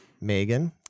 Megan